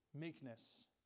meekness